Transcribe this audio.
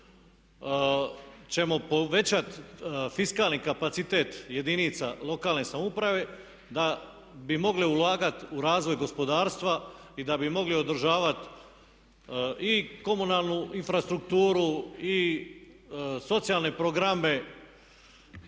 ćemo povećati fiskalni kapacitet jedinica lokalne samouprave da bi mogle ulagati u razvoj gospodarstva i da bi mogli održavat i komunalnu infrastrukturu i socijalne programe